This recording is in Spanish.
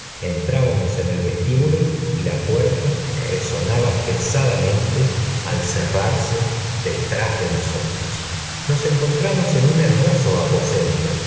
irábamos en el vestíbulo y la puerta resonaba pesadamente al cerrarse detrás de nosotros f nos encontramos en un hermoso aposento